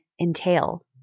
entail